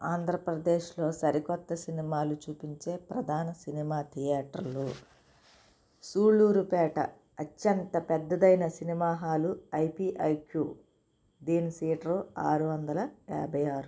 ఆంధ్రప్రదేశ్లో సరికొత్త సినిమాలు చూపించే ప్రధాన సినిమా థియేటర్లు సులూరుపేట అత్యంత పెద్దదైన సినిమాహాలు ఐపీఐక్యు దీని సీటర్ ఆరు వందల యాభై ఆరు